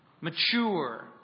Mature